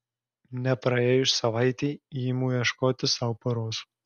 nepraėjus savaitei imu ieškoti sau poros